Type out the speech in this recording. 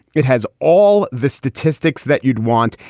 it has all the statistics that you'd want.